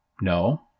No